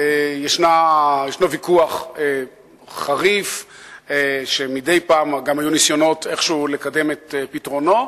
יש ויכוח חריף שמדי פעם גם היו ניסיונות לקדם את פתרונו,